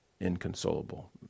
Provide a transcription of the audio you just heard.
Inconsolable